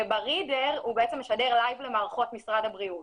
וה-reader בעצם משדר לייב למערכות משרד הבריאות.